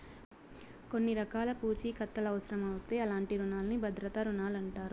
కొన్ని రకాల పూఛీకత్తులవుసరమవుతే అలాంటి రునాల్ని భద్రతా రుణాలంటారు